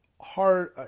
hard